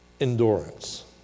endurance